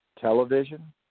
television